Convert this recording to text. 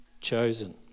chosen